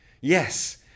yes